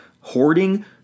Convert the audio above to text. Hoarding